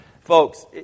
folks